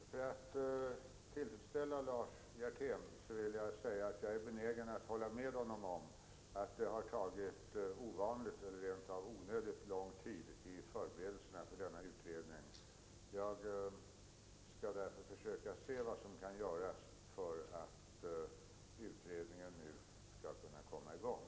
Herr talman! För att tillfredsställa Lars Hjertén vill jag säga att jag är benägen att hålla med honom om att det har tagit ovanligt eller rent av onödigt lång tid med förberedelserna för denna utredning. Jag skall därför försöka se vad som kan göras för att utredningen nu skall kunna komma i gång.